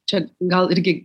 čia gal irgi